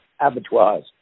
abattoirs